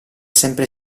sempre